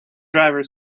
driver